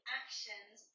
actions